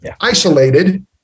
isolated